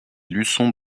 luçon